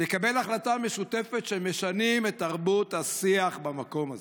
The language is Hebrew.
לקבל החלטה משותפת שמשנים את תרבות השיח במקום הזה.